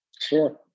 Sure